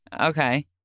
Okay